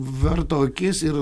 varto akis ir